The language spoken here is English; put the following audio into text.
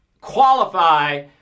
qualify